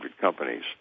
companies